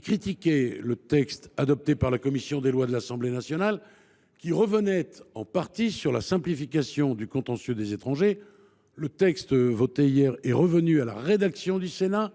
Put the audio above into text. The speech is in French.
critiquaient le texte adopté par la commission des lois de l’Assemblée nationale, qui revenait en partie sur la simplification du contentieux des étrangers. Le texte voté hier est revenu à la rédaction du Sénat,